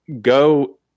go